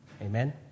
Amen